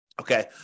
Okay